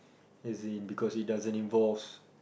as in because it doesn't involves